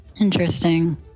Interesting